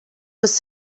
was